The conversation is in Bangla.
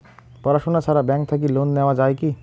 পড়াশুনা ছাড়া ব্যাংক থাকি লোন নেওয়া যায় কি?